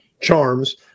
charms